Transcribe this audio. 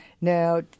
Now